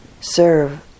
serve